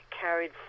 carried